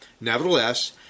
nevertheless